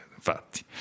infatti